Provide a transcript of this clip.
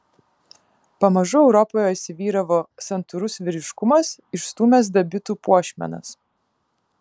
pamažu europoje įsivyravo santūrus vyriškumas išstūmęs dabitų puošmenas